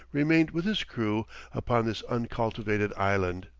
remained with his crew upon this uncultivated island.